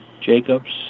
Jacobs